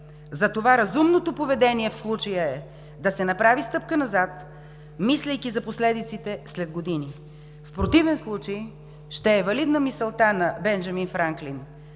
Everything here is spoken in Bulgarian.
Затова разумното поведение в случая е да се направи стъпка назад, мислейки за последиците след години. В противен случай ще е валидна мисълта на Бенджамин Франклин: